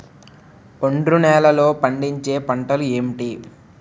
ఒండ్రు నేలలో పండించే పంటలు ఏంటి?